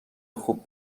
خوب